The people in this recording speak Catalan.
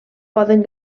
poden